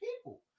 people